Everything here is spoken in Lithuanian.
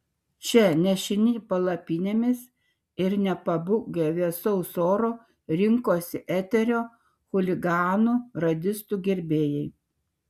čia nešini palapinėmis ir nepabūgę vėsaus oro rinkosi eterio chuliganų radistų gerbėjai